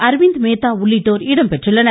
அர்விந்த் மேத்தா உள்ளிட்டோர் இடம்பெற்றுள்ளனர்